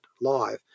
Live